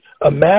imagine